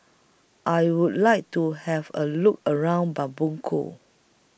I Would like to Have A Look around Bamako